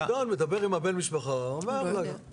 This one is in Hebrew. המוקדן מדבר עם בן המשפחה, אומר לו את זה.